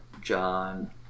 John